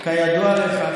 כידוע לך,